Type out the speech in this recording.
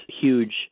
huge